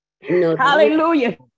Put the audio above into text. hallelujah